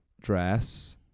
dress